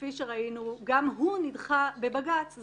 כפי שראינו, גם הוא נדחה בבג"ץ.